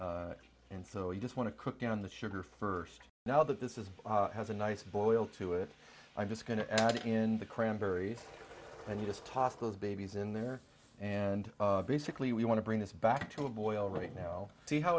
here and so you just want to cook down the sugar first now that this is has a nice boil to it i'm just going to add in the cranberries and you just toss those babies in there and basically we want to bring this back to a boil right now see how